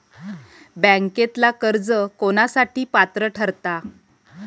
बँकेतला कर्ज कोणासाठी पात्र ठरता?